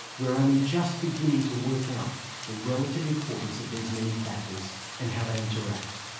we're only just beginning, to work out the relative importance of these many factors and how they interact.